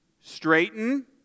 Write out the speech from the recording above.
straighten